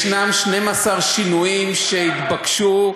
יש 12 שינויים שהתבקשו,